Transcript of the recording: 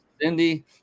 cindy